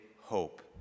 hope